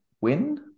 win